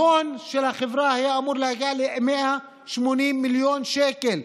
ההון של החברה היה אמור להגיע ל-180 מיליון שקל.